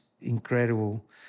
incredible